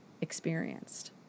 experienced